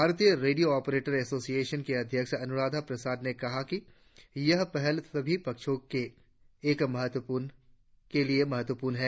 भारतीय radio operator association की अध्यक्ष अनुराधा प्रसाद ने कहा यह पहल सभी पक्षों के लिए महत्वपूर्ण है